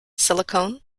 silicone